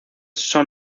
son